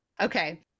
Okay